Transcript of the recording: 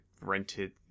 rented